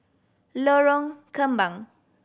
Lorong Kembang